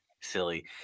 silly